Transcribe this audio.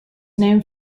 named